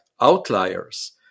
outliers